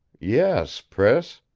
yes, priss.